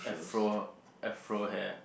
Afro Afro hair